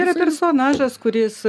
yra personažas kuris